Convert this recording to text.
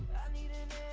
uneven